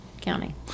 county